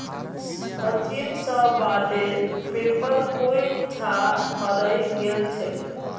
सचिन स बॉन्डेर पेपर कोई छा हरई गेल छेक